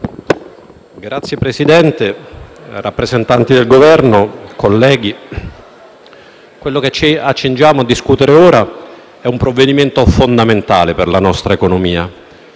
Signor Presidente, rappresentanti del Governo, colleghi, quello che ci accingiamo a discutere ora è un provvedimento fondamentale per la nostra economia.